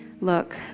look